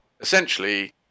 essentially